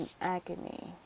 agony